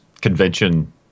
convention